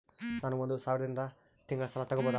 ನಾನು ಒಂದು ಸಾವಿರದಿಂದ ತಿಂಗಳ ಸಾಲ ತಗಬಹುದಾ?